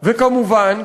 וכמובן,